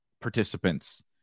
participants